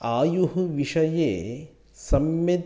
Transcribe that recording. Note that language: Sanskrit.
आयुः विषये सम्यक्